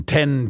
Ten